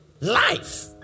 Life